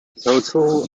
total